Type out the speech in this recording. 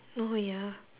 oh ya